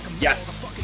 Yes